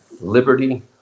liberty